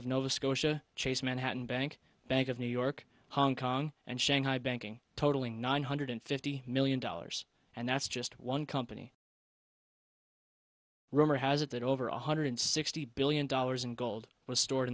of nova scotia chase manhattan bank bank of new york hong kong and shanghai banking totaling nine hundred fifty million dollars and that's just one company rumor has it that over one hundred sixty billion dollars in gold was stored